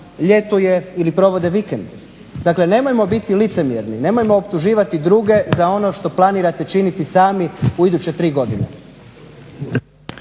ljetuje ili provode vikendi. Dakle, nemojmo biti licemjerni, nemojmo optuživati druge za ono što planirate činiti sami u iduće 3 godine.